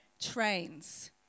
trains